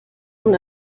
nun